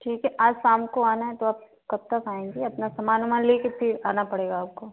ठीक है आज शाम को आना है तो आप कब तक आएँगी अपना समान ओमान लेकर फिर आना पड़ेगा आपको